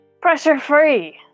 pressure-free